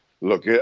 Look